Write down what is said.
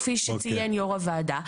כפי שציין יו"ר הוועדה,